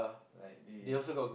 like they